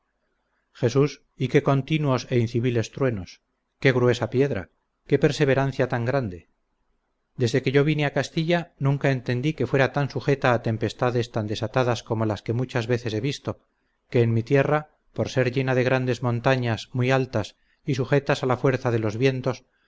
jesús y qué continuos e inciviles truenos qué gruesa piedra qué perseverancia tan grande desde que yo vine a castilla nunca entendí que fuera tan sujeta a tempestades tan desatadas como las que muchas veces he visto que en mi tierra por ser llena de grandes montañas muy altas y sujetas a la fuerza de los vientos